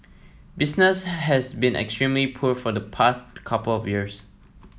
business has been extremely poor for the past couple of years